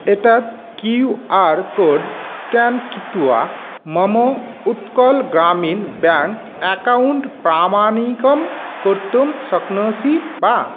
एतत् Q R code scan कृत्वा मम उत्कल् ग्रामीन् बेङ्क् अक्कौण्ट् प्रामाणिकं कर्तुं शक्नोषि वा